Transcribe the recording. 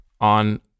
on